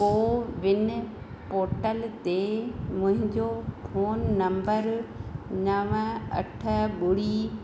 CoWIN portal ते मुंहिंजो phone number नव अठ ॿुड़ी